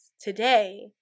today